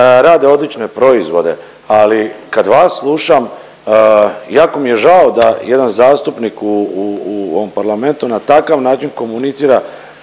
rade odlične proizvode, ali kad vas slušam jako mi je žao da jedan zastupnik u, u ovom parlamentu na takav način komunicira